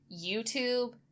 youtube